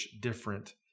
different